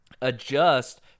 adjust